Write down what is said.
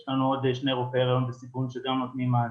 יש לנו עוד שני רופאי היריון בסיכון שגם נותנים מענה,